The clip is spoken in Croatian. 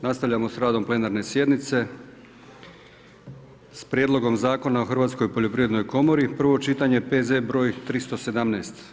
Nastavljamo s radom plenarne sjednice s: - Prijedlog Zakona o hrvatskoj poljoprivrednoj komori, prvo čitanje, P.Z. br. 317.